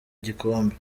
gikombe